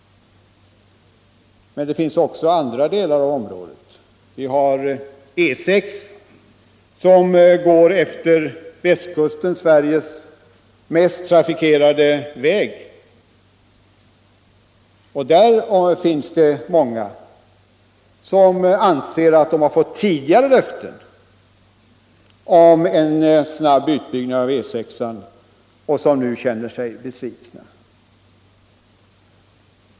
Men det finns också andra delar av landet. Vi har E 6, som går efter västkusten, Sveriges mest trafikerade väg. I det området finns det många som anser att de har fått tidigare löften om en snabb uppbyggnad av E 6 och som nu känner sig besvikna.